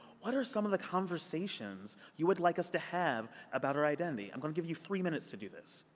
what are some of the conversations you would like us to have about our identity? i'm going to give you three minutes to do this.